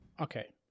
okay